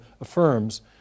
affirms